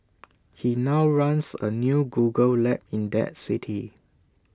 he now runs A new Google lab in that city